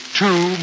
two